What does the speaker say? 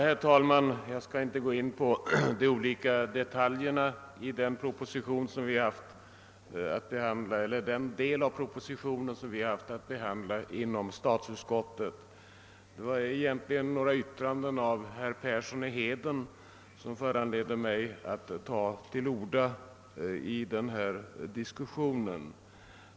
Herr talman! Jag skall inte gå in på de olika detaljerna i den del av propositionen som vi har haft att behandla inom statsutskottet. Det var egentligen några yttranden av herr Persson i Heden som föranledde mig att ta till orda i denna diskussion.